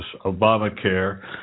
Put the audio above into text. Obamacare